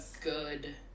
good